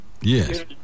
Yes